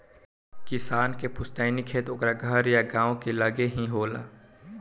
किसान के पुस्तैनी खेत ओकरा घर या गांव के लगे ही होला